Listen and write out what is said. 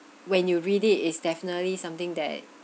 when you read it is definitely something that